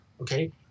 okay